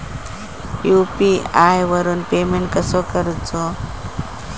UPI वरून payment कसा करूचा?